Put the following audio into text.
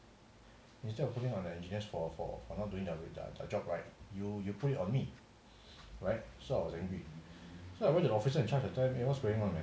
instead of putting on the engineers for for for not doing their job right you you put it on me right so I was angry so I went to the officer in charge the time what's going on man